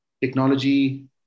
technology